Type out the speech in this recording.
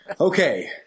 Okay